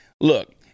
Look